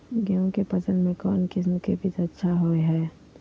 गेहूँ के फसल में कौन किसम के बीज अच्छा रहो हय?